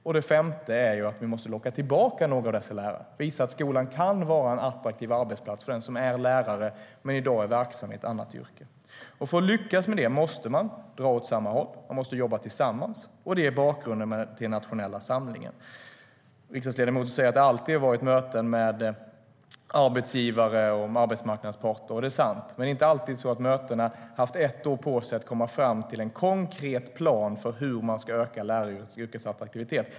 För det femte måste vi locka tillbaka några av dessa lärare, genom att visa att skolan kan vara en attraktiv arbetsplats för den som är lärare men i dag verksam i ett annat yrke. För att lyckas med detta måste man dra åt samma håll. Man måste jobba tillsammans, och det är bakgrunden till den nationella samlingen. Riksdagsledamoten säger att det alltid har varit möten med arbetsgivare och arbetsmarknadens parter, och det är sant. Men det är inte alltid så att mötena har haft ett år på sig att komma fram till en konkret plan för hur man ska öka läraryrkets attraktivitet.